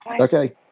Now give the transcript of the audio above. Okay